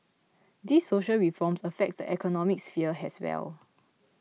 these social reforms affect the economic sphere as well